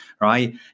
right